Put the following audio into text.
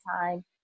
time